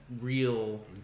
real